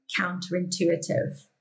counterintuitive